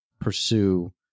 pursue